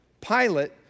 Pilate